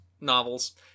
novels